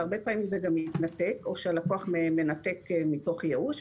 והרבה פעמים זה גם יתנתק או שהלקוח מנתק מתוך ייאוש,